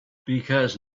because